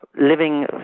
living